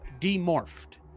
demorphed